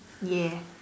ya